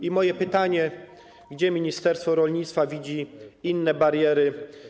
I moje pytanie: Gdzie ministerstwo rolnictwa widzi inne bariery?